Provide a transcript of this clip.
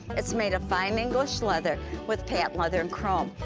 it's made of fine english leather with patent leather and chrome.